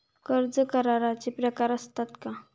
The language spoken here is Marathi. कर्ज कराराचे प्रकार असतात का?